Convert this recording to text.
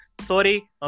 sorry